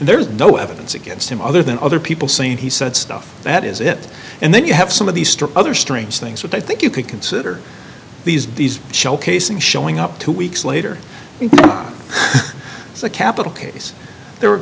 there's no evidence against him other than other people saying he said stuff that is it and then you have some of the other string things that i think you could consider these days showcasing showing up two weeks later as a capital case the